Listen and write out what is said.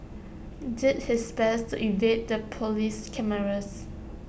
did his best to evade the Police cameras